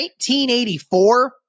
1984